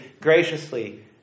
graciously